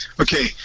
Okay